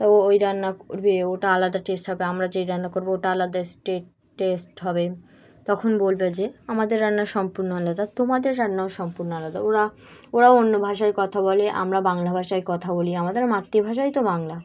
তা ও ওই রান্না করবে ওটা আলাদা টেস্ট হবে আমরা যেই রান্না করবো ওটা আলাদাে টেস্ট হবে তখন বলবে যে আমাদের রান্না সম্পূর্ণ আলাদা তোমাদের রান্নাও সম্পূর্ণ আলাদা ওরা ওরাও অন্য ভাষায় কথা বলে আমরা বাংলা ভাষায় কথা বলি আমাদের মাতৃভাষাই তো বাংলা